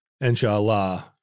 inshallah